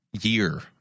year